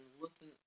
looking